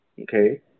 okay